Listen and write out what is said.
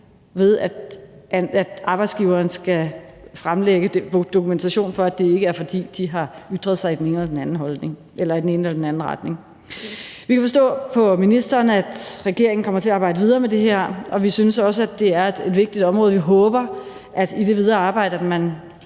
ved at arbejdsgiveren skal fremlægge dokumentation for, at det ikke er, fordi de har ytret sig i den ene eller den anden retning. Vi kan forstå på ministeren, at regeringen kommer til at arbejde videre med det her, og vi synes også, at det er et vigtigt område. Vi håber, at man i det videre arbejde kigger